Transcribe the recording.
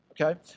Okay